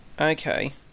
Okay